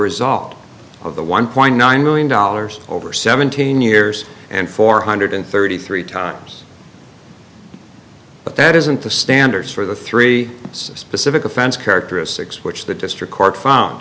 result of the one point nine million dollars over seventeen years and four hundred thirty three times but that isn't the standard for the three specific offense characteristics which the district court